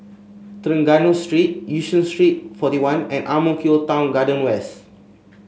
Trengganu Street Yishun Street Forty one and Ang Mo Kio Town Garden West